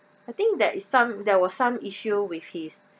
I think that is some there was some issue with his